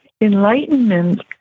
enlightenment